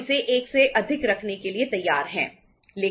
हम इसे 1 से अधिक रखने के लिए तैयार हैं लेकिन 2 1 नहीं